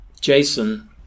Jason